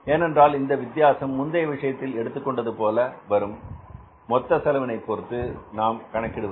ஏனென்றால் இந்த வித்தியாசம் முந்தைய விஷயத்தில் எடுத்துக் கொண்டது போல வரும் மொத்த செலவினை பொறுத்து நாம் கணக்கிடுவது